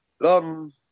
long